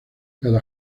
cada